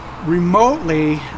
remotely